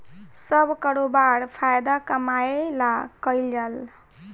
सब करोबार फायदा कमाए ला कईल जाल